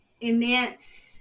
immense